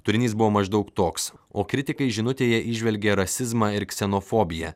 turinys buvo maždaug toks o kritikai žinutėje įžvelgė rasizmą ir ksenofobiją